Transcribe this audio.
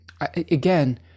again